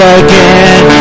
again